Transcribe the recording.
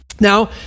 Now